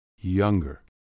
Younger